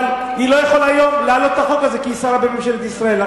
אבל היא לא יכולה היום להעלות את החוק הזה כי היא שרה בממשלת ישראל.